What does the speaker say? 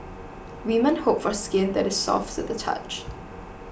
women hope for skin that is soft to the touch